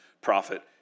prophet